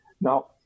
Now